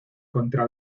contra